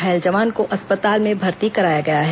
घायल जवान को अस्पताल में भर्ती कराया गया है